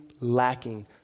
lacking